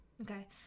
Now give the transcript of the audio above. Okay